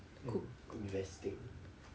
mm investing